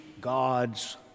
God's